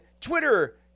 Twitter